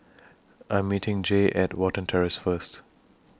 I Am meeting Jaye At Watten Terrace First